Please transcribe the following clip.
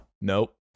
Nope